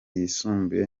yisumbuye